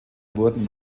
wurden